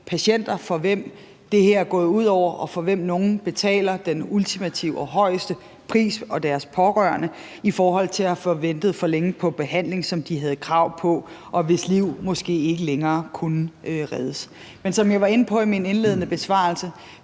patienter, som det her er gået ud over, hvoraf nogle betaler den ultimative og højeste pris, og deres pårørende – i forhold til at de har ventet for længe på behandling, som de havde krav på, og hvis liv måske ikke længere kunne reddes. Men som jeg var inde på i min indledende besvarelse: